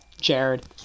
Jared